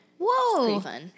Whoa